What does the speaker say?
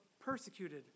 persecuted